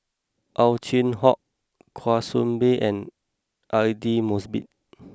Ow Chin Hock Kwa Soon Bee and Aidli Mosbit